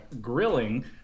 grilling